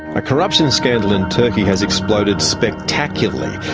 a corruption scandal in turkey has exploded spectacularly,